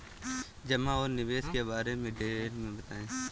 जमा और निवेश के बारे में डिटेल से बताएँ?